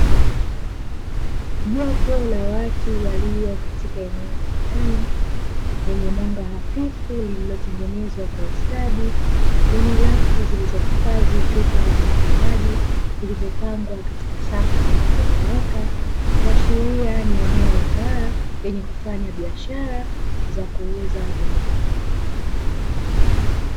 Jopo la watu walio katika eneo la ndani lenye mwanga hafifu lililotengenezwa kwa ustadi, lenye rafu zilizohifadhi chupa zenye vinywaji vilivyopangwa katika safu zilizonyooka kuashiria ni eneo la baa lenye kuuza vinywaji.